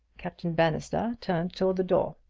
captain bannister turned toward the door.